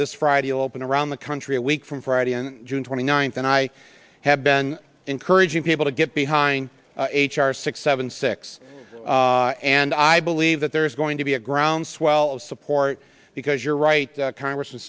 this friday open around the country a week from friday and june twenty ninth and i have been encouraging people to get behind h r six seven six and i believe that there is going to be a groundswell of support because you're right congressman